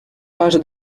каже